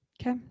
Okay